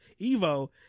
Evo